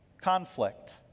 Conflict